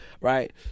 Right